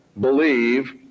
believe